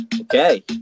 okay